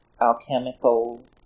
alchemical